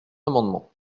amendement